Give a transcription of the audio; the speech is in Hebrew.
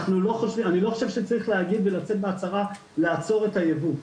אני לא חושב שצריך להגיד ולצאת בהצהרות לעצור את הייבוא.